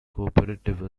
cooperative